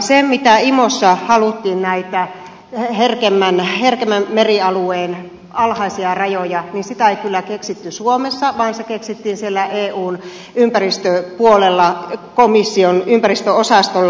se mitä imossa haluttiin näitä herkemmän merialueen alhaisia rajoja sitä ei kyllä keksitty suomessa vaan se keksittiin siellä eun ympäristöpuolella komission ympäristöosastolla